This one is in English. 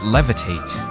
Levitate